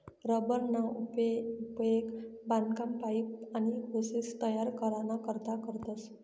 rubber ना उपेग बागकाम, पाइप, आनी होसेस तयार कराना करता करतस